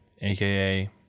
aka